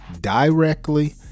directly